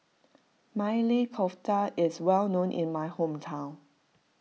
Maili Kofta is well known in my hometown